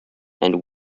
and